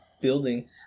building